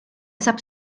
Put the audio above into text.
sab